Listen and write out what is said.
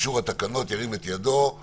התקנות אושרו פה